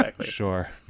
sure